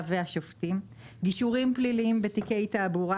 והשופטים; גישורים פליליים בתיקי תעבורה,